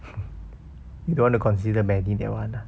you don't want to consider benny that [one] ah